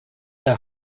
der